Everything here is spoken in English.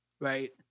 right